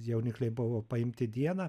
jaunikliai buvo paimti dieną